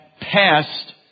passed